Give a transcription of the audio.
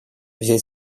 взять